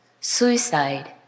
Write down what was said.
Suicide